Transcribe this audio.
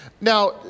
Now